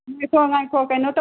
ꯉꯥꯏꯈꯣ ꯉꯥꯏꯈꯣ ꯀꯩꯅꯣ ꯇꯧ